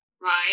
right